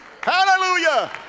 Hallelujah